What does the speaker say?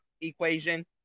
equation